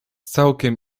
całkiem